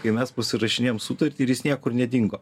kai mes pasirašinėjom sutartį ir jis niekur nedingo